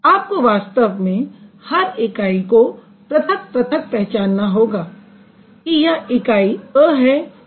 आपको वास्तव में हर इकाई को पृथक पृथक पहचानना होगा कि यह इकाई a है यह इकाई b है